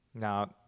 Now